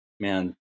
man